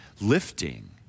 lifting